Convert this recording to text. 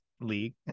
League